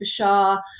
Bashar